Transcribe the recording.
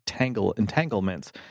entanglements